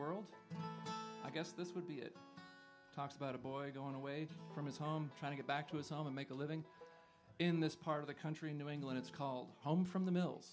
world i guess this would be talks about a boy going away from his home trying to get back to his home and make a living in this part of the country new england it's called home from the m